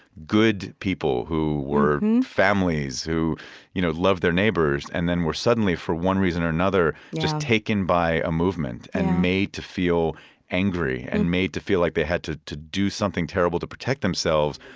good people who were families, who you know loved their neighbors, and then were suddenly, for one reason or another, just taken by a movement and made to feel angry and made to feel like they had to to do something terrible to protect themselves.